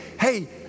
hey